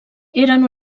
eren